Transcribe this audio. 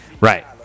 Right